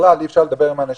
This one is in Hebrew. בכלל אי אפשר לדבר עם אנשים,